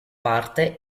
parte